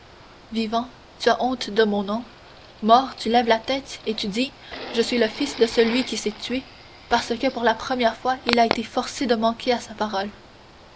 vivant tu as honte de mon nom mort tu lèves la tête et tu dis je suis le fils de celui qui s'est tué parce que pour la première fois il a été forcé de manquer à sa parole